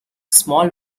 small